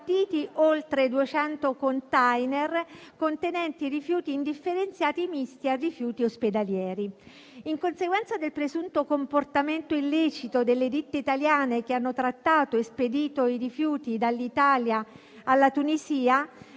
oltre duecento *container* contenenti rifiuti indifferenziati misti a rifiuti ospedalieri. In conseguenza del presunto comportamento illecito delle ditte italiane che hanno trattato e spedito i rifiuti dall'Italia alla Tunisia,